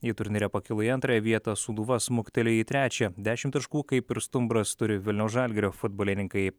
jie turnyre pakilo į antrąją vietą sūduva smuktelėjo į trečią dešimt taškų kaip ir stumbras turi vilniaus žalgirio futbolininkai